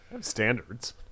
Standards